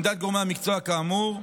עמדת גורמי המקצוע, כאמור,